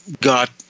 got